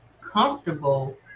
comfortable